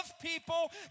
people